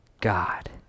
God